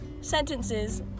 sentences